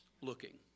looking